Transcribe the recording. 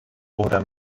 oder